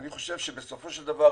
אני חושב שבסופו של דבר,